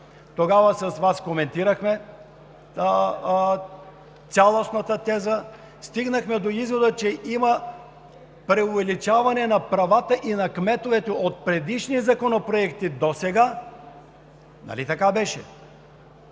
Тогава с Вас коментирахме цялостната теза. Стигнахме до извода, че има преувеличаване правата на кметовете от предишни законопроекти досега. Нали беше